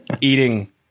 eating